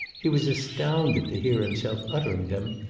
he was astounded to hear himself uttering them,